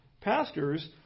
pastors